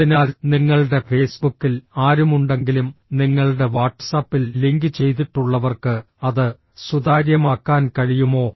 അതിനാൽ നിങ്ങളുടെ ഫേസ്ബുക്കിൽ ആരുമുണ്ടെങ്കിലും നിങ്ങളുടെ വാട്ട്സ്ആപ്പിൽ ലിങ്ക് ചെയ്തിട്ടുള്ളവർക്ക് അത് സുതാര്യമാക്കാൻ കഴിയുമോ